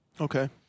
Okay